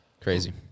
Crazy